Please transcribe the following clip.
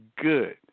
good